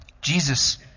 Jesus